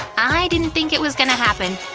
i didn't think it was gonna happen.